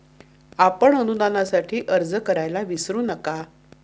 आपण अनुदानासाठी अर्ज करायला विसरू नका